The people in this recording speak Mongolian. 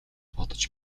бодож